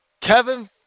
Kevin